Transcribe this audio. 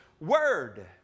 word